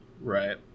Right